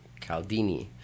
Caldini